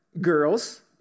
Girls